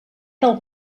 del